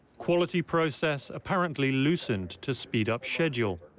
quality process apparently loosened to speed up schedule,